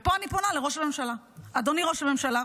ופה אני פונה לראש הממשלה: אדוני ראש הממשלה,